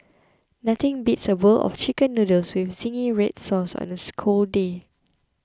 nothing beats a bowl of Chicken Noodles with Zingy Red Sauce on a scold day